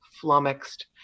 flummoxed